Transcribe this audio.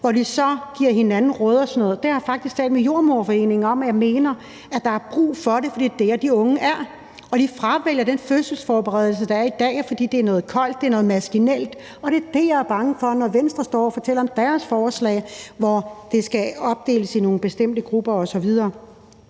hvor de så giver hinanden råd og sådan noget. Det har jeg faktisk talt med Jordemoderforeningen om, og jeg mener, at der er brug for det, for det er der, de unge er, og de fravælger den fødselsforberedelse, der er i dag, fordi det er noget koldt og maskinelt, og det er det, jeg er bange for, når Venstre fortæller om deres forslag, hvor de fødende skal opdeles i bestemte grupper osv.